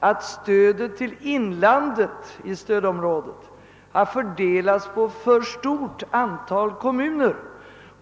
att stödet till stödområdets inland har fördelats på ett för stort antal kommuner.